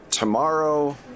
tomorrow